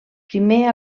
primer